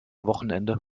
wochenende